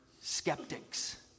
skeptics